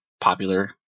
popular